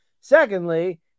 Secondly